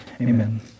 amen